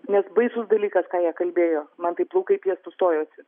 nes baisus dalykas ką jie kalbėjo man tai plaukai piestu stojosi